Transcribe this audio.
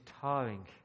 tiring